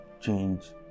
change